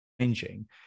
changing